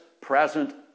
present